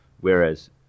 Whereas